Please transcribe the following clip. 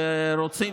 ורוצים,